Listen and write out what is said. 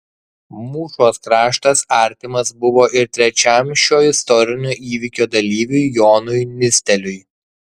mūšos kraštas artimas buvo ir trečiam šio istorinio įvykio dalyviui jonui nisteliui